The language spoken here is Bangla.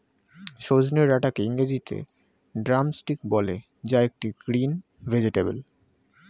সজনে ডাটাকে ইংরেজিতে ড্রামস্টিক বলে যা একটি গ্রিন ভেজেটাবেল